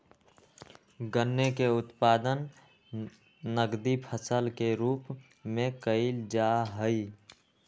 गन्ना के उत्पादन नकदी फसल के रूप में कइल जाहई